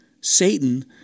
Satan